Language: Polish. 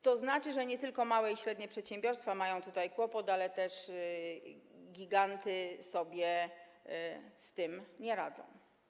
To znaczy, że nie tylko małe i średnie przedsiębiorstwa mają tutaj kłopot, ale też giganty sobie z tym nie radzą.